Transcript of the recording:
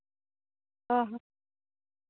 ᱦᱚᱸ ᱦᱚᱸ